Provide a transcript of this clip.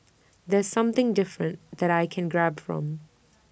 that's something different that I can grab from